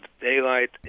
daylight